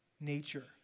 nature